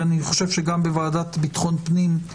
ואני חושב שגם בוועדת ביטחון פנים,